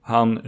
Han